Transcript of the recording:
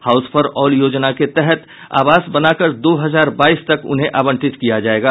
house for all योजना के तहत आवास बनाकर दो हजार बाईस तक उन्हें आवंटित किया जायेगा